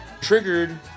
Triggered